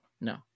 No